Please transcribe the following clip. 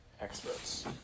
experts